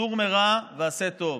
"סור מרע ועשה טוב".